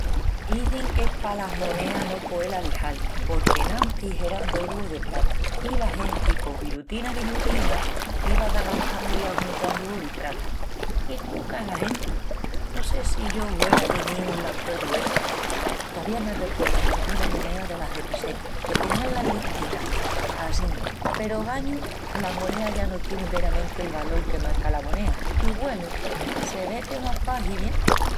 Izin qu'es palas moneas no poel alixal, porque enantis eran d'oru o de prata i la genti pos virutina a virutina diva arrascandu i ajuntandu oru i prata. Qué cuca es la genti! No sé si yo huera teníu'l acuerdu essi. Tovía me recuerdu d'anguna monea delas de peseta, que tenía las listinas assín peru ogañu las moneas ya no tienin veramenti el valol que marca la monea i, güenu, se ve que mos pahi bien.